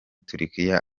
turukiya